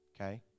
Okay